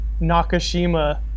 Nakashima